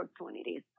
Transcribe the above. opportunities